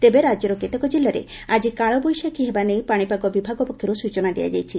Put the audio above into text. ତେବେ ରାକ୍ୟର କେତେକ ଜିଲ୍ଲାରେ ଆଜି କାଳବୈଶାଖୀ ହେବା ନେଇ ପାଶିପାଗ ବିଭାଗ ପକ୍ଷରୁ ସୂଚନା ଦିଆଯାଇଛି